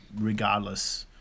regardless